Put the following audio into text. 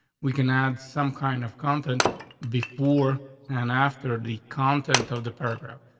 we can add some kind of content before and after the content of the programme.